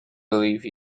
believe